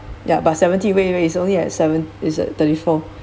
ya but seventy wait wait it's only at seven is uh thirty-four